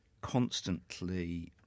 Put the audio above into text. constantly